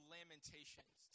Lamentations